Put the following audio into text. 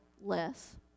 less